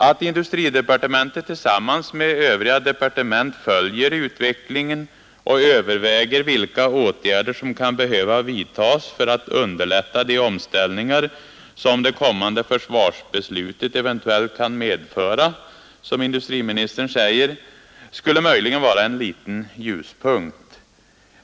Att industridepartementet tillsammans med övriga departement följer utvecklingen och överväger vilka åtgärder som kan behöva vidtas för att underlätta de omställningar som det kommande försvarsbeslutet eventuellt kan medföra, som industriministern säger, skulle möjligen vara en liten ljuspunkt.